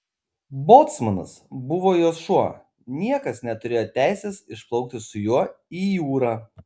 bocmanas buvo jos šuo niekas neturėjo teisės išplaukti su juo į jūrą